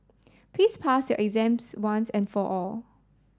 please pass your exams once and for all